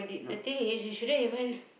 the thing is you shouldn't even